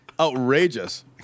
outrageous